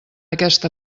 aquest